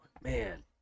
man